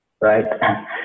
right